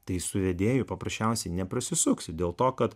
tai su vedėju paprasčiausiai neprasisuksiu dėl to kad